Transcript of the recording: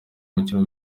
mukuru